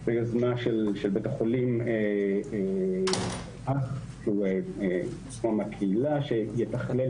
ביוזמה של בית החולים אח שהוא מהקהילה שיתכלל